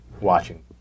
watching